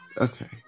Okay